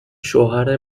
شوهر